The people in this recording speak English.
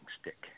stick